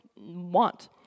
want